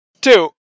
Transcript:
Two